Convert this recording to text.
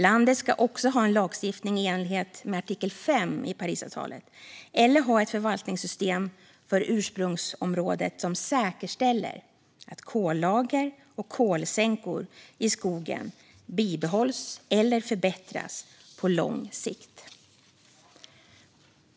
Landet ska också ha en lagstiftning i enlighet med artikel 5 i Parisavtalet eller ha ett förvaltningssystem för ursprungsområdet som säkerställer att kollager och kolsänkor i skogen bibehålls eller förbättras på lång sikt.